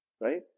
right